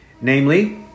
Namely